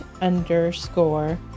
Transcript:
underscore